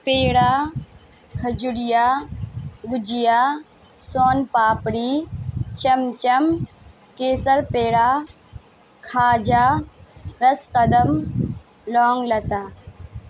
پیڑا کھجوریا گجیا سون پاپڑی چمچم کیسر پیڑا کھاجا رس قدم لونگ لتا